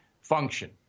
function